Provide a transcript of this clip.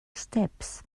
steps